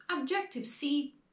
Objective-C